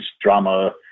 drama